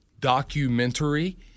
documentary